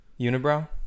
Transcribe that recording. Unibrow